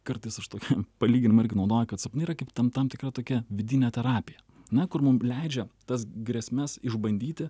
kartais aš tokį palyginimą irgi naudoju kad sapnai yra kaip tam tam tikra tokia vidinė terapija na kur mum leidžia tas grėsmes išbandyti